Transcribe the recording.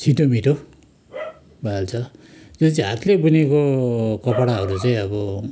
छिट्टो मिठो भइहाल्छ यो चाहिँ हातले बुनेको कपडाहरू चाहिँ अब